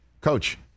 coach